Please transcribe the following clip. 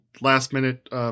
last-minute